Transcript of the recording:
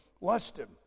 lusted